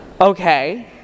Okay